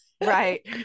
Right